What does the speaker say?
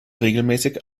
regelmäßig